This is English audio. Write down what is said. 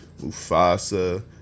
Mufasa